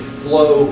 flow